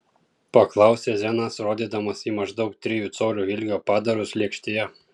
paklausė zenas rodydamas į maždaug trijų colių ilgio padarus lėkštėje